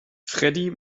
freddie